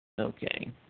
Okay